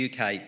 UK